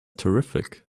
terrific